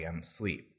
sleep